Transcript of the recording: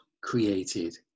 created